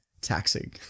taxing